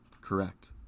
Correct